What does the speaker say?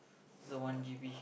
the one G_B